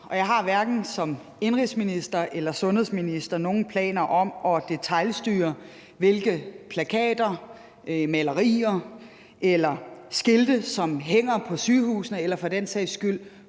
jeg har hverken som indenrigsminister eller sundhedsminister nogen planer om at detailstyre, hvilke plakater, malerier eller skilte der hænger på sygehusene, eller for den sags skyld,